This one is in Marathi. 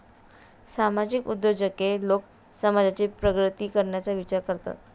सामाजिक उद्योजकतेत लोक समाजाची प्रगती करण्याचा विचार करतात